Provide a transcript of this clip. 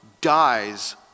dies